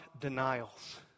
denials